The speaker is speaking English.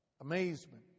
Amazement